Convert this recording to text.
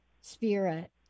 Spirit